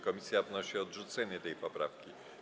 Komisja wnosi o odrzucenie tej poprawki.